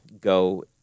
go